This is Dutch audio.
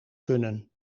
kunnen